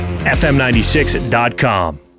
FM96.com